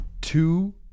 two